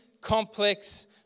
complex